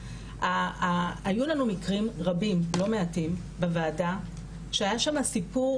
היו לנו מקרים רבים לא מעטים בוועדה שהיה שם סיפור